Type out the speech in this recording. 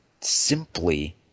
simply